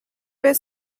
where